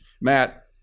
Matt